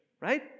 right